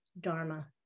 Dharma